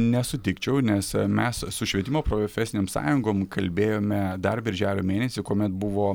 nesutikčiau nes mes su švietimo profesinėm sąjungom kalbėjome dar birželio mėnesį kuomet buvo